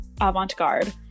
avant-garde